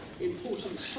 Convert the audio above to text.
important